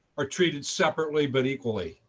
are treated separately but equally.